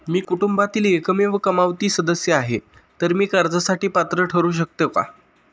मी कुटुंबातील एकमेव कमावती सदस्य आहे, तर मी कर्जासाठी पात्र ठरु शकतो का?